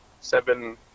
seven